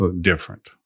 different